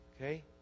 Okay